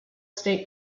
state